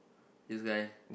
this guy